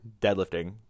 deadlifting